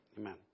amen